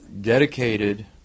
dedicated